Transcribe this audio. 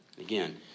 Again